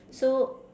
so